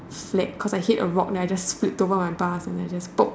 flat cause I hit a rock then I just split to one of my bars and I just pop